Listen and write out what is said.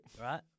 Right